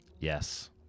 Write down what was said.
yes